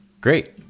great